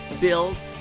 build